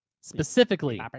specifically